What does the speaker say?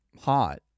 hot